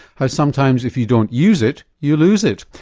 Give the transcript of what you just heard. how sometimes if you don't use it you lose it.